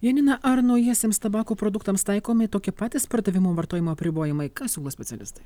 janina ar naujiesiems tabako produktams taikomi tokie patys pardavimo vartojimo apribojimai ką siūlo specialistai